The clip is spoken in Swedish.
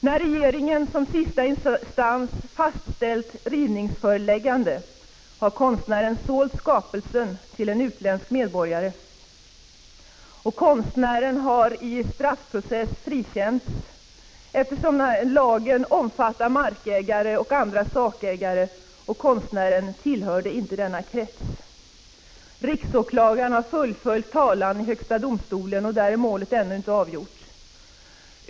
När regeringen — som sista instans — fastställt rivningsföreläggande, har konstnären sålt skapelsen till en utländsk medborgare. Konstnären har i en straffprocess frikänts, eftersom naturvårdslagen omfattar markägare och andra sakägare, och konstnären tillhörde inte denna krets. Riksåklagaren har fullföljt talan i högsta domstolen. Där är målet ännu inte avgjort.